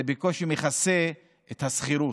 זה בקושי מכסה את השכירות,